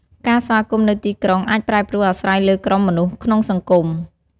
ការស្វាគមន៍ នៅទីក្រុងអាចប្រែប្រួលអាស្រ័យលើក្រុមមនុស្សក្នុងសង្គម។